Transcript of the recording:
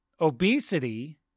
obesity